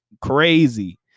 crazy